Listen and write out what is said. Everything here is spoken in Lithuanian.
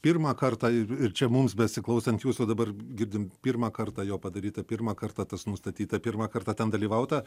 pirmą kartą ir čia mums besiklausant jūsų dabar girdim pirmą kartą jo padaryta pirmą kartą tas nustatyta pirmą kartą ten dalyvauta